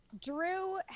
Drew